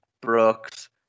Brooks